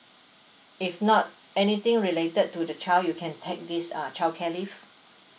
if not anything related to the child you can take this uh childcare leave